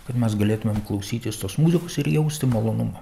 kad mes galėtumėm klausytis tos muzikos ir jausti malonumą